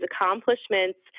accomplishments